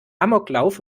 amoklauf